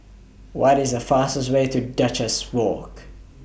What IS The fastest Way to Duchess Walk